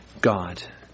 God